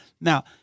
Now